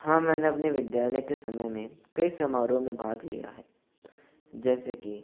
हाँ मैंने अपने विद्यालय के समय में कई समारोह में भाग लिया है जैसे कि